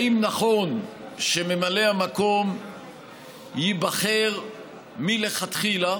האם נכון שממלא המקום ייבחר מלכתחילה